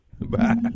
Bye